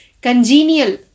congenial